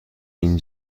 این